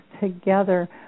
together